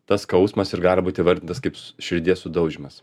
tas skausmas ir gali būti įvardintas kaip širdies sudaužymas